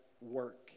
work